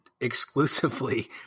exclusively